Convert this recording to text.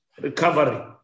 recovery